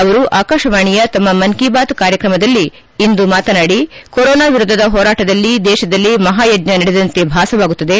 ಅವರು ಆಕಾಶವಾಣಿಯ ತಮ್ಮ ಮನ್ ಕೀ ಬಾತ್ ಕಾರ್ಯಕ್ರಮದಲ್ಲಿ ಇಂದು ಮಾತನಾಡಿ ಕೊರೋನಾ ವಿರುದ್ಧದ ಹೋರಾಟದಲ್ಲಿ ದೇಶದಲ್ಲಿ ಮಹಾಯಜ್ಞಾ ನಡೆದಂತೆ ಭಾಸವಾಗುತ್ತದೆ